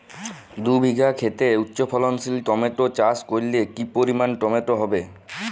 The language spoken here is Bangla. দুই বিঘা খেতে উচ্চফলনশীল টমেটো চাষ করলে কি পরিমাণ টমেটো হবে?